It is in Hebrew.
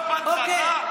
לא אכפת לך,